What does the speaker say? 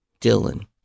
Dylan